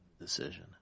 decision